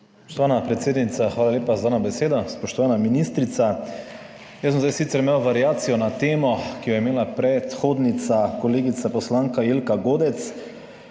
Spoštovana predsednica, hvala lepa za dano besedo. Spoštovana ministrica, jaz bom zdaj sicer imel variacijo na temo, ki jo je imela predhodnica, kolegica poslanka Jelka Godec